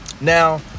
Now